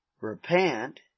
repent